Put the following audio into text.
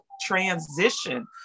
transition